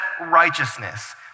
righteousness